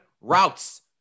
routes